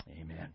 Amen